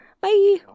bye